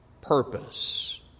purpose